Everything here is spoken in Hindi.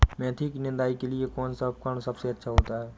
मेथी की निदाई के लिए कौन सा उपकरण सबसे अच्छा होता है?